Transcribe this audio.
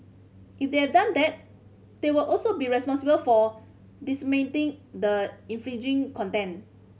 if they're done that they would also be responsible for disseminating the infringing content